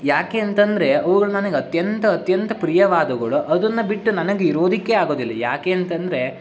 ಯಾಕೆ ಅಂತಂದರೆ ಅವ್ಗಳು ನನಗೆ ಅತ್ಯಂತ ಅತ್ಯಂತ ಪ್ರಿಯವಾದವುಗಳು ಅದನ್ನು ಬಿಟ್ಟು ನನಗೆ ಇರೋದಕ್ಕೆ ಆಗೋದಿಲ್ಲ ಯಾಕೆ ಅಂತಂದರೆ